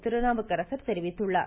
திருநாவுக்கரசர் தெரிவித்துள்ளார்